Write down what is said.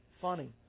Funny